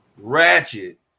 Ratchet